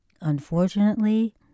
Unfortunately